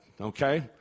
okay